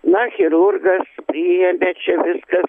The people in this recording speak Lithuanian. na chirurgas priėmė čia viskas